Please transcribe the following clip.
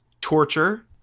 Torture